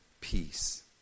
peace